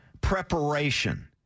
preparation